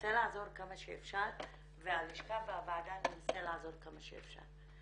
אנסה לעזור כמה שאפשר והלשכה והוועדה תנסה לעזור כמה שאפשר,